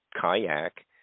kayak